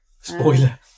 Spoiler